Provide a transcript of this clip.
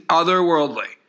otherworldly